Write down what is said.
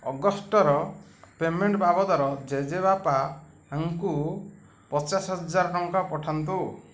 ଅଗଷ୍ଟର payment ବାବଦରେ ଜେଜେବାପାଙ୍କୁ ପଚାଶ ହଜାର ଟଙ୍କା ପଠାନ୍ତୁ